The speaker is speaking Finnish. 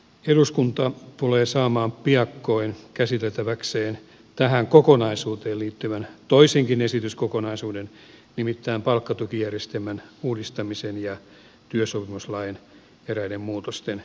eduskunta tulee saamaan piakkoin käsiteltäväkseen tähän kokonaisuuteen liittyvän toisenkin esityskokonaisuuden nimittäin palkkatukijärjestelmän uudistamisen ja työsopimuslain eräiden muutosten tekemisen